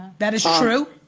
that is true.